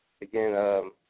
again –